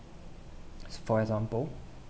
for example